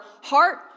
heart